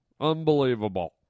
unbelievable